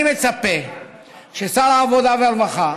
אני מצפה ששר העבודה והרווחה